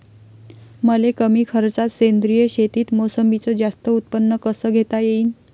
मले कमी खर्चात सेंद्रीय शेतीत मोसंबीचं जास्त उत्पन्न कस घेता येईन?